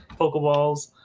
pokeballs